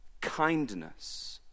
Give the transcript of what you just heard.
kindness